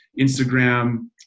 Instagram